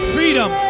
Freedom